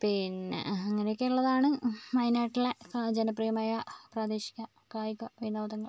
പിന്നെ അങ്ങനെയൊക്കെ ഉള്ളതാണ് വയനാട്ടിലെ ജനപ്രിയമായ പ്രാദേശിക കായിക വിനോദങ്ങൾ